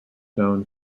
known